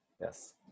yes